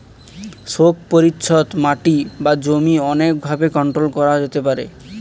শোক পরিচ্ছদ মাটি বা জমি অনেক ভাবে কন্ট্রোল করা যেতে পারে